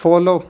follow